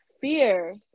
fear